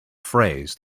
phrase